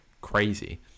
crazy